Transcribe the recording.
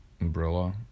umbrella